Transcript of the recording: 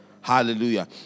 Hallelujah